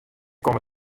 komme